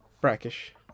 brackish